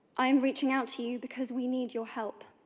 i am reaching out to you because we need your help.